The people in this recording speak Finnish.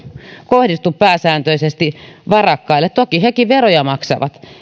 kohdistu pääsääntöisesti varakkaille toki hekin veroja maksavat